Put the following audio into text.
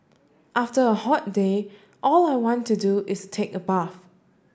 after a hot day all I want to do is take a bath